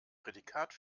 prädikat